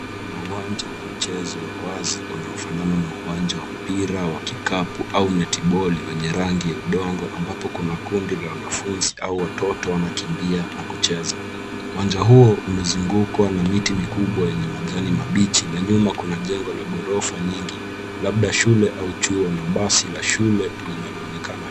Kuna uwanja wa michezo wa wazi, unaofanana na uwanja wa mpira wa kikapu au netiboli ,wenye rangi ya udongo ambapo kuna wanafunzi au watoto wanakimbia na kucheza. Uwanja huo umezungukwa na miti mikubwa yenye majani mabichi na nyuma kuna jengo la gorofa nyingi, labda shule au chuo na basi la shule linalonekana.